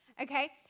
Okay